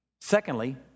Secondly